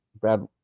Brad